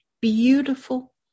beautiful